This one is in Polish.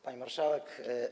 Pani Marszałek!